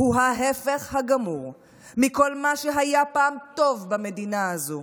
הוא ההפך הגמור מכל מה שהיה פעם טוב במדינה הזו.